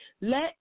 Let